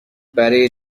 برای